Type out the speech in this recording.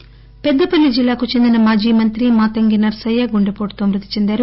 మాతంగి నర్సయ్య పెద్దపల్లి జిల్లాకు చెందిన మాజీ మంత్రి మాతంగి నర్సయ్య గుండెవోటుతో మృతి చెందారు